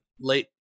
late